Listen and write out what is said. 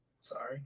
Sorry